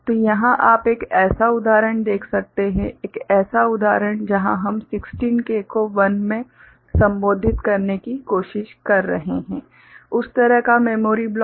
तो यहां आप एक ऐसा उदाहरण देख सकते हैं एक ऐसा उदाहरण जहां हम 16K को 1 में संबोधित करने की कोशिश कर रहे हैं उस तरह का मेमोरी ब्लॉक